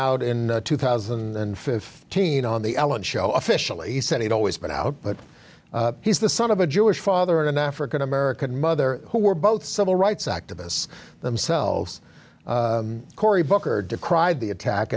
out in two thousand and fifteen on the ellen show officially he said he'd always been out but he's the son of a jewish father an african american mother who were both civil rights activists themselves cory booker decried the attack